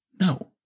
No